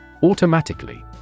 Automatically